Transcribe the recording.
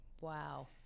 Wow